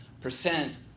percent